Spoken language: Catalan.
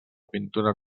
pintura